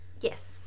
Yes